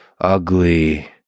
ugly